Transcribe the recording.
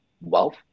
wealth